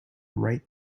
right